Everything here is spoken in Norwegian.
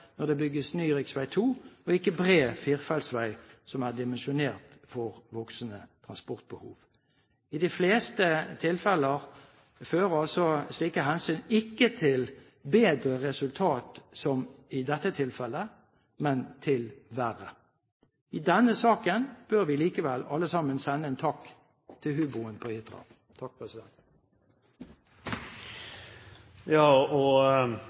når det bygges ny rv. 2, og ikke bred firefeltsvei som er dimensjonert for voksende transportbehov. I de fleste tilfeller fører altså slike hensyn ikke til bedre resultat, som i dette tilfellet, men til verre. I denne saken bør vi likevel alle sammen sende en takk til hubroen på Hitra.